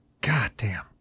goddamn